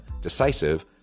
decisive